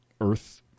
earth